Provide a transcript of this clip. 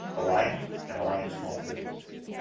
alliance, and alliance small businesses.